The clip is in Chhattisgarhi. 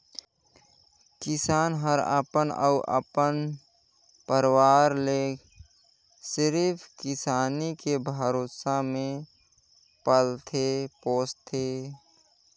किसान हर अपन अउ अपन परवार ले सिरिफ किसानी के भरोसा मे पालथे पोसथे